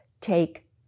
take